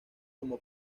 como